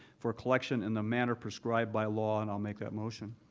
for collection in the manner prescribed by law, and i'll make that motion.